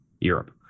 Europe